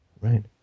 Right